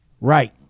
Right